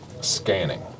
scanning